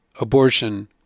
Abortion